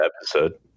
episode